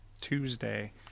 Tuesday